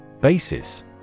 Basis